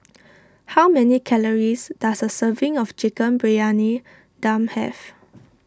how many calories does a serving of Chicken Briyani Dum have